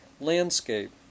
landscape